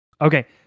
Okay